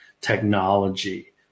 technology